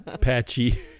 Patchy